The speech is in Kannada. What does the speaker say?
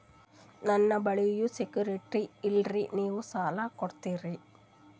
ನನ್ನ ಬಳಿ ಯಾ ಸೆಕ್ಯುರಿಟಿ ಇಲ್ರಿ ನೀವು ಸಾಲ ಕೊಡ್ತೀರಿ?